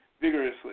vigorously